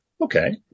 Okay